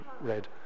red